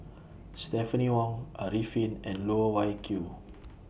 Stephanie Wong Arifin and Loh Wai Kiew